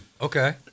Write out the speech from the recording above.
Okay